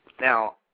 Now